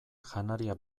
janaria